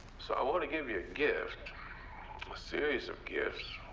so i want to give you a gift a series of gifts.